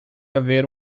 haver